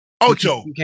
Ocho